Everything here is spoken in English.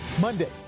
Monday